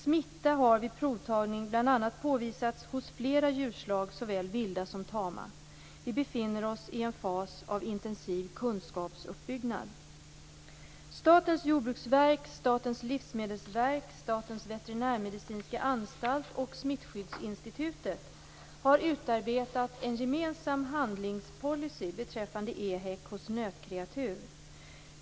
Smitta har vid provtagning bl.a. påvisats hos flera djurslag såväl vilda som tama. Vi befinner oss i en fas av intensiv kunskapsuppbyggnad. Statens veterinärmedicinska anstalt och Smittskyddsinstitutet har utarbetat en gemensam handlingspolicy beträffande EHEC hos nötkreatur.